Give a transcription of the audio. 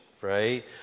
right